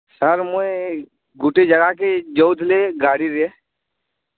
sir ମୁଇଁ ଗୁଟେ ଜାଗାକେ ଯାଉଥିଲି ଗାଡ଼ିରେ